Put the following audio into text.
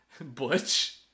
Butch